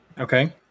Okay